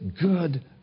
good